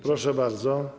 Proszę bardzo.